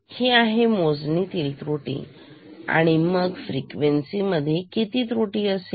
ही आहे मोजनीतील त्रुटी आणि मग फ्रिक्वेन्सी मध्ये किती त्रुटी असेल